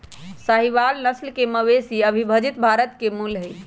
साहीवाल नस्ल के मवेशी अविभजित भारत के मूल हई